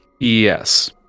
Yes